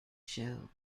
show